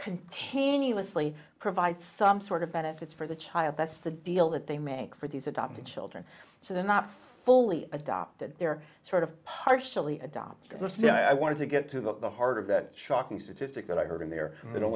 continuously provide some sort of benefits for the child that's the deal that they make for these adopted children so they're not fully adopted they're sort of partially adopted i wanted to get to the heart of that shocking statistic that i heard in there